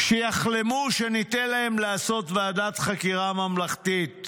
"שיחלמו שניתן להם לעשות ועדת חקירה ממלכתית